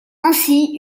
ainsi